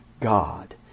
God